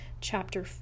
chapter